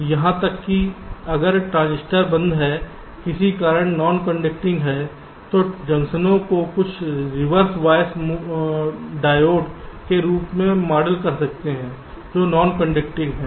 इसलिए यहां तक कि अगर ट्रांजिस्टर बंद है किसी कारण नॉनकंडक्टिंग हैं तो जंक्शनों को कुछ रिवर्स बायस डायोड के रूप में मॉडल कर सकते हैं जो नॉनकंडक्टिंग हैं